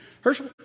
Herschel